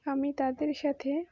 আমি তাদের সাথে